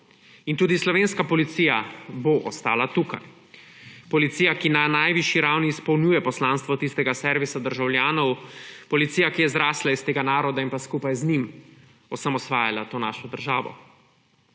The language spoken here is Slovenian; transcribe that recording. In tudi slovenska policija bo ostala tukaj. Policija, ki na najvišji ravni izpolnjuje poslanstvo tistega servisa državljanov, policija, ki je zrastla iz tega naroda in skupaj z njim osamosvajala to našo državo.